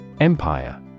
Empire